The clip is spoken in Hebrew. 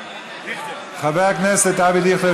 חבר הכנסת אבי דיכטר,